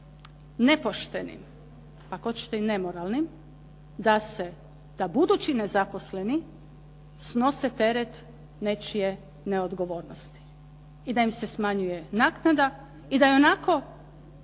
nepoštenim ako hoćete i nemoralnim da budući nezaposleni snose teret nečije neodgovornosti i da im se smanjuje naknada, i da ionako